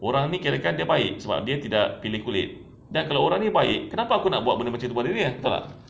orang ni kirakan dia baik sebab dia tidak pilih kulit dan kalau orang ni baik kenapa aku nak buat gitu kepada dia betul tak